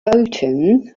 bolton